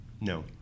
No